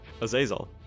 Azazel